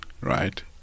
right